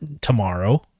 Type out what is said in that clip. tomorrow